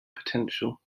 potential